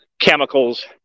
chemicals